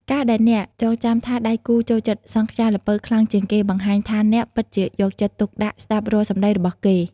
ការដែលអ្នកចងចាំថាដៃគូចូលចិត្ត "សង់ខ្យាល្ពៅ" ខ្លាំងជាងគេ បង្ហាញថាអ្នកពិតជាយកចិត្តទុកដាក់ស្ដាប់រាល់សម្ដីរបស់គេ។